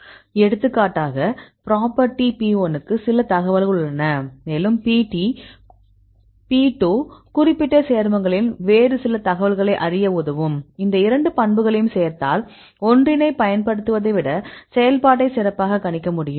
எடுத்துக்காட்டாக property P1 க்கு சில தகவல்கள் உள்ளன மேலும் P2 குறிப்பிட்ட சேர்மங்களின் வேறு சில தகவல்களை அறிய உதவும் இந்த இரண்டு பண்புகளையும் சேர்த்தால் ஒன்றினை பயன்படுத்துவதை விட செயல்பாட்டை சிறப்பாக கணிக்க முடியும்